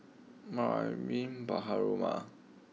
Mariam Baharom